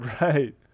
right